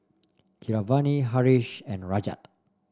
Keeravani Haresh and Rajat